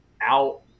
out